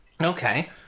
Okay